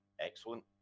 excellent